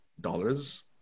dollars